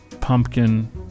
pumpkin